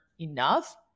enough